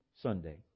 Sunday